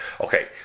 okay